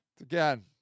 Again